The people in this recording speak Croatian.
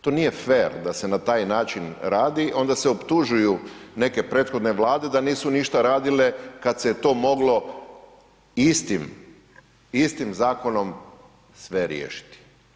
To nije fer da se na taj način radi, onda se optužuju neke prethodne vlade da nisu ništa radile kad se to moglo istim, istim zakonom sve riješiti.